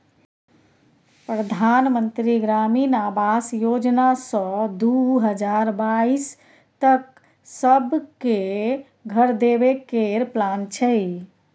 परधान मन्त्री ग्रामीण आबास योजना सँ दु हजार बाइस तक सब केँ घर देबे केर प्लान छै